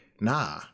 Nah